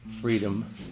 freedom